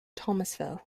thomasville